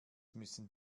müssen